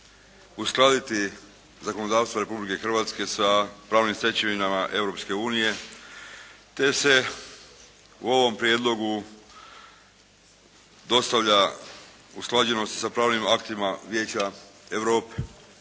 uskladiti zakonodavstvo Republike Hrvatske sa pravnim stečevinama Europske unije te se u ovom prijedlogu dostavlja usklađenost sa pravnim aktima Vijeća Europe.